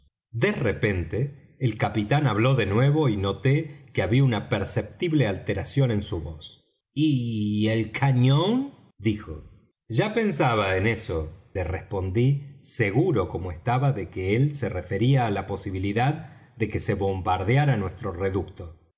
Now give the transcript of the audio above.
de repente el capitán habló de nuevo y noté que había una perceptible alteración en su voz y el cañón dijo ya pensaba en eso le respondí seguro como estaba de que él se refería á la posibilidad de que se bombardeara nuestro reducto